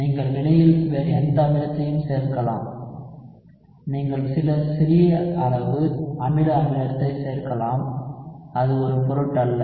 நீங்கள் வினையில் வேறு எந்த அமிலத்தையும் சேர்க்கலாம் நீங்கள் சில சிறிய அளவு அமில அமிலத்தை சேர்க்கலாம் அது ஒரு பொருட்டல்ல